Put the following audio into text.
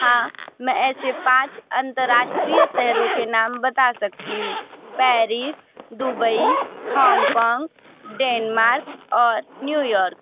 हाँ मैं ऐसे पाँच अंतर्राष्ट्रीय शहरों के नाम बता सकती हूँ पैरिस दुबई हॉन्गकॉन्ग डेनमार्क और न्यूयोर्क